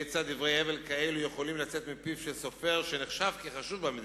כיצד דברי הבל כאלה יכולים לצאת מפיו של סופר שנחשב לחשוב במדינה?